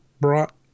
brought